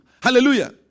Hallelujah